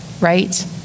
right